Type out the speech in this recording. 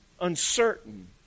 uncertain